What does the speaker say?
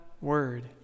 word